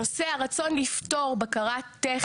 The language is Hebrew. הנושא, הרצון לפתור בקרת תכן.